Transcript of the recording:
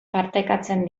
partekatzen